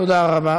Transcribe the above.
תודה רבה.